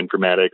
informatics